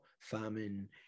famine